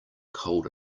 cold